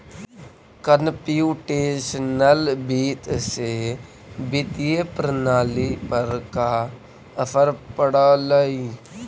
computational वित्त से वित्तीय प्रणाली पर का असर पड़लइ